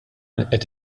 qiegħed